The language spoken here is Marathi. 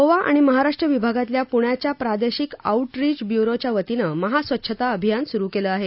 गोवा आणि महाराष्ट्र विभागातल्या पुण्याच्या प्रादेशिक आऊटरीच ब्युरोच्या वतीनं महास्वच्छता अभियान सुरु केलं आहे